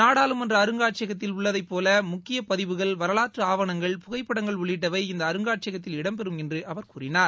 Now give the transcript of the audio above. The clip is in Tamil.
நாடாளுமன்ற அருங்காட்சியகத்தில் உள்ளதை போல் முக்கிய பதிவுகள் வரலாற்ற ஆவணங்கள் புகைப்படங்கள் உள்ளிட்டவை இந்த அருங்காட்சியகத்தில் இடம்பெறும் என்று அவர் கூறினார்